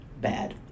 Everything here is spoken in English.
bad